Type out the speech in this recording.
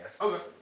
Okay